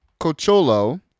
Cocholo